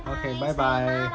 okay bye bye